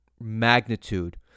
magnitude